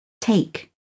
take